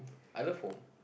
I love home